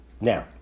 Now